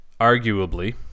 Arguably